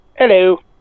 Hello